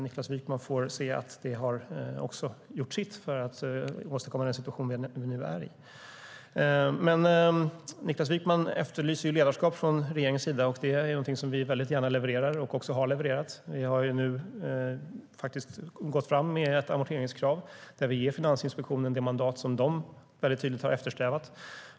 Niklas Wykman får se att det också har gjort sitt för att åstadkomma den situation vi nu är i. Niklas Wykman efterlyser ledarskap från regeringens sida. Det är någonting som vi väldigt gärna levererar och också har levererat. Vi har nu gått fram med ett amorteringskrav. Vi ger Finansinspektionen det mandat som man väldigt tydligt har eftersträvat.